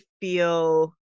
feel